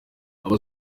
aba